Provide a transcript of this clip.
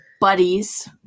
Buddies